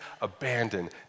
abandoned